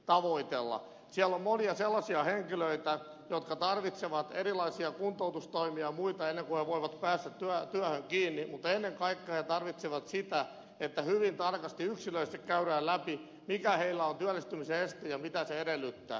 siellä on monia sellaisia henkilöitä jotka tarvitsevat erilaisia kuntoutustoimia ja muita ennen kuin he voivat päästä työhön kiinni mutta ennen kaikkea he tarvitsevat sitä että hyvin tarkasti yksilöllisesti käydään läpi mikä heillä on työllistymisen esteenä ja mitä se edellyttää